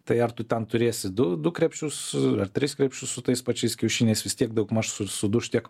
tai ar tu ten turėsi du du krepšius ar tris krepšius su tais pačiais kiaušiniais vis tiek daugmaž su suduš tiek